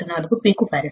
4 picofarad